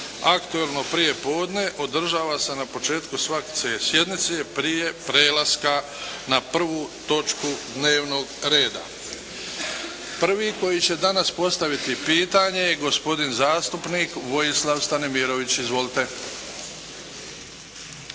Aktualno prijepodne održava se na početku svake sjednice prije prelaska na 1. točku dnevnog reda. Prvi koji će danas postaviti pitanje je gospodin zastupnik Vojislav Stanimirović. Izvolite.